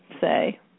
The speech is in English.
say